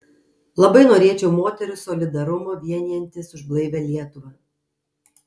labai norėčiau moterų solidarumo vienijantis už blaivią lietuvą